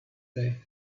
today